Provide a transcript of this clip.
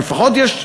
אבל לפחות יש,